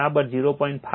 5 છે તેથી ∅1max 0